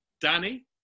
danny